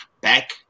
back